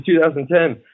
2010